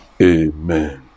amen